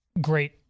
great